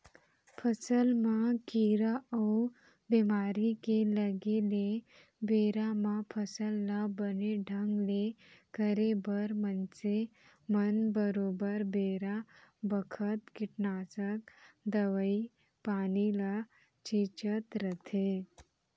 फसल म कीरा अउ बेमारी के लगे ले बेरा म फसल ल बने ढंग ले करे बर मनसे मन बरोबर बेरा बखत कीटनासक दवई पानी ल छींचत रथें